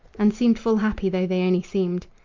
and seemed full happy though they only seemed.